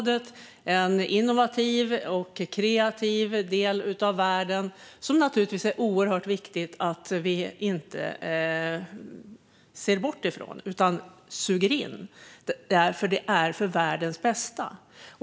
Det rör sig om en innovativ och kreativ del av världen, som det naturligtvis är oerhört viktigt att vi inte ser bort ifrån utan i stället suger in - för världens bästa.